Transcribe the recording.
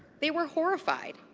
they were horrified.